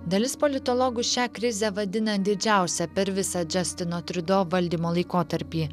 dalis politologų šią krizę vadina didžiausia per visą džastino triudo valdymo laikotarpį